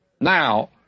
Now